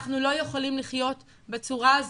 אנחנו לא יכולים לחיות בצורה הזו,